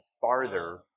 farther